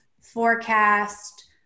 forecast